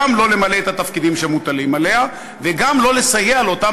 גם לא למלא את התפקידים שמוטלים עליה וגם לא לסייע לאותן